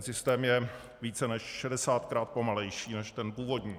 Systém je více než šedesátkrát pomalejší než původní.